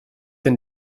denn